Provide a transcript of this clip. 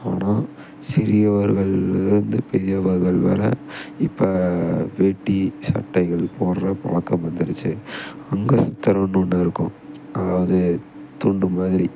ஆனால் சிறியவர்கள்லருந்து பெரியவர்கள் வர இப்போ வேட்டி சட்டைகள் போடுற பழக்கம் வந்துடுச்சு அங்கே ஒன்று இருக்கும் அதாவது துண்டு மாதிரி